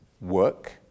work